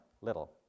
little